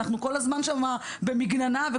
אנחנו כל הזמן במגננה שם,